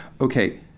okay